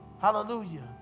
Hallelujah